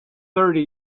thirty